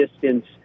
distance